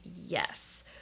Yes